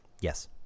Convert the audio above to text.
Yes